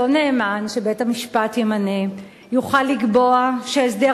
אותו נאמן שבית-המשפט ימנה יוכל לקבוע שהסדר